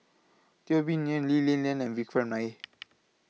Teo Bee Yen Lee Li Lian and Vikram Nair